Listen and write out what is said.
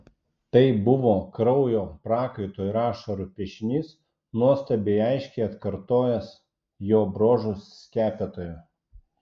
tai buvo kraujo prakaito ir ašarų piešinys nuostabiai aiškiai atkartojęs jo bruožus skepetoje